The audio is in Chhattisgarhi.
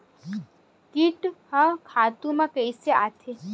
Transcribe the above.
कीट ह खातु म कइसे आथे?